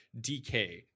DK